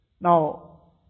Now